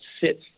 sit